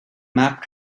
map